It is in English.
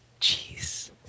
jeez